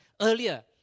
earlier